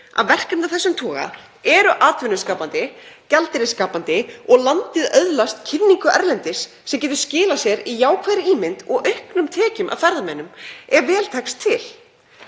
að verkefni af þessum toga eru atvinnuskapandi, gjaldeyrisskapandi og landið öðlast kynningu erlendis sem getur skilað sér í jákvæðri ímynd og auknum tekjum af ferðamönnum ef vel tekst til.